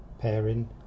pairing